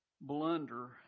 blunder